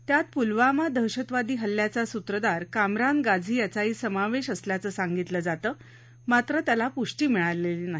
त्यात पूलवामा दहशतवादी हल्ल्याचा सूत्रधार कामरान गाझी याचाही समावेश असल्याचं सांगितलं जातं मात्र त्याला पूष्टी मिळालेली नाही